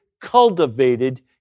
cultivated